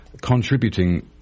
contributing